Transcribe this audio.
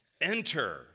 enter